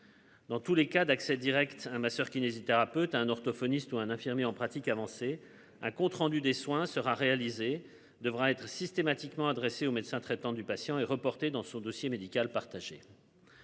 Dans tous les cas d'accès Direct un masseur kinésithérapeute à un orthophoniste ou un infirmier en pratique avancée. Ah. Compte rendu des soins sera réalisée devra être systématiquement adressé au médecin traitant du patient est reporté dans son dossier médical partagé.